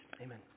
Amen